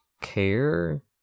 care